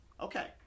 Okay